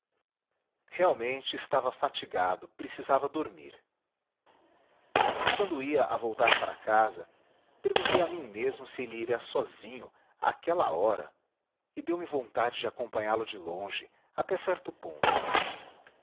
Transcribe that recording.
realmente estava fatigado precisava dormir quando ia a voltar para casa perguntei a mim mesmo se ele iria sozinho àquela hora e deu-me vontade de acompanhá-lo de longe até certo ponto